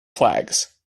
flags